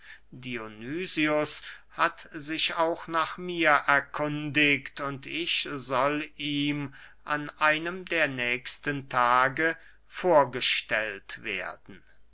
dionysius hat sich auch nach mir erkundigt und ich soll ihm an einem der nächsten tage vorgestellt werden